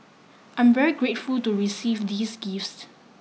I'm very grateful to receive these gifts